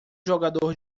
jogador